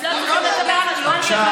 הם לא צריכים לקבל חשמל,